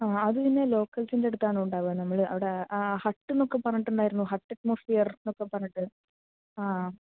ആ അതുപിന്നെ ലോക്കൽസിൻറെ അടുത്താണോ ഉണ്ടാവുക നമ്മളവിടെ ആ ഹട്ട് എന്നൊക്കെ പറഞ്ഞിട്ട് ഉണ്ടായിരുന്നു ഹട്ട് അറ്റ്മോസ്ഫിയർ എന്നൊക്കെ പറഞ്ഞിട്ട് ആ